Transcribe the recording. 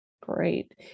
Great